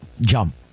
Jump